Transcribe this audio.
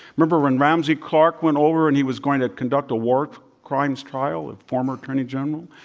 remember when ramsey clark went over and he was going to conduct a war crimes trial of former attorney general?